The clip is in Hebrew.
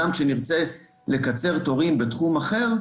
גם כשנרצה לקצר תורים בתחום אחר,